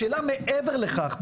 השאלה מעבר לכך,